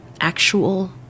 actual